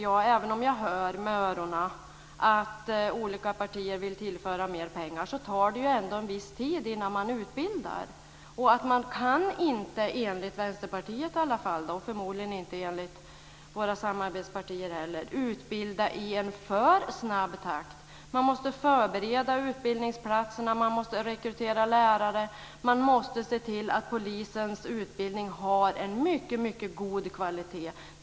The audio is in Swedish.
Jag hör att olika partier vill tillföra mer pengar. Men det tar ändå en viss tid att utbilda. Man kan inte utbilda i alltför snabb takt - i alla fall inte enligt Vänsterpartiet och förmodligen inte heller enligt våra samarbetspartier. Man måste förbereda utbildningsplatserna, rekrytera lärare och se till att polisens utbildning håller mycket god kvalitet.